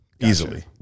Easily